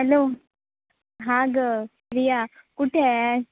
hello हां गं रिया कुठे आहेस